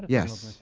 yes.